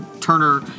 Turner